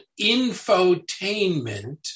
infotainment